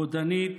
רודנית,